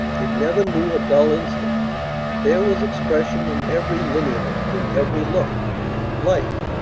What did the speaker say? it never knew a dull instant there was expression in every lineament, in every look life,